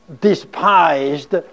despised